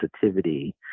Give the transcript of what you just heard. sensitivity